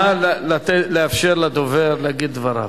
נא לאפשר לדובר להגיד את דבריו.